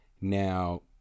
Now